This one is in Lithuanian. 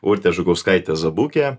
urte žukauskaite zabuke